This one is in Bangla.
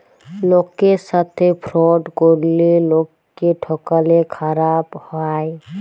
লকের সাথে ফ্রড ক্যরলে লকক্যে ঠকালে খারাপ হ্যায়